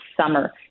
summer